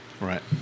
Right